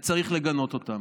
וצריך לגנות אותם.